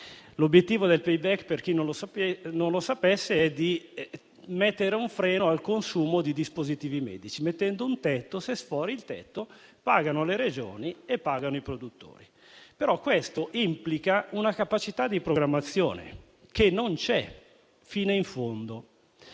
L'obiettivo del *payback* - per chi non lo sapesse - è porre un freno al consumo dei dispositivi medici, prevedendo un tetto: se sfori il tetto, pagano le Regioni e i produttori. Questo, però, implica una capacità di programmazione che non c'è fino in fondo.